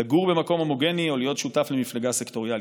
לגור במקום הומוגני או להיות שותף למפלגה סקטוריאלית.